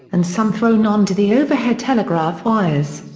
and some thrown onto the overhead telegraph wires.